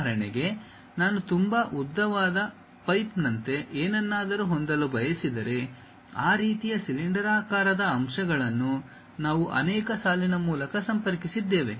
ಉದಾಹರಣೆಗೆ ನಾನು ತುಂಬಾ ಉದ್ದವಾದ ಪೈಪ್ನಂತೆ ಏನನ್ನಾದರೂ ಹೊಂದಲು ಬಯಸಿದರೆ ಆ ರೀತಿಯ ಸಿಲಿಂಡರಾಕಾರದ ಅಂಶಗಳನ್ನು ನಾವು ಅನೇಕ ಸಾಲಿನ ಮೂಲಕ ಸಂಪರ್ಕಿಸಿದ್ದೇವೆ